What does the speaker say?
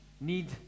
need